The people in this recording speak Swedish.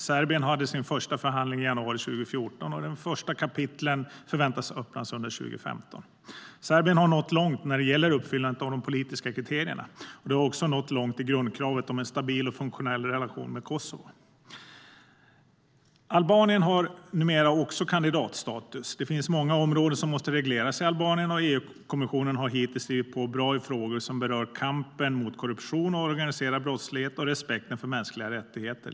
Serbien hade sin första förhandling i januari 2014, och de första kapitlen förväntas öppnas under 2015. Serbien har nått långt när det gäller uppfyllandet av de politiska kriterierna, och de har också nått långt i grundkravet om en stabil och funktionell relation med Kosovo. Albanien har numera också kandidatstatus. Det finns många områden som måste regleras i Albanien, och EU-kommissionen har hittills drivit på bra i frågor som berör kampen mot korruption och organiserad brottslighet och respekten för mänskliga rättigheter.